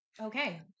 okay